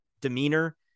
demeanor